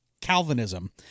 Calvinism